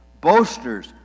boasters